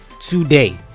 today